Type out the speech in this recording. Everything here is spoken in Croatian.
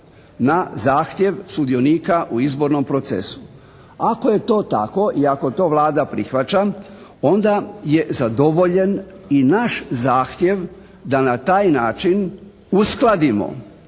na zahtjev sudionika u izbornom procesu. Ako je to tako i ako to Vlada prihvaća onda je zadovoljen i naš zahtjev da na taj način uskladimo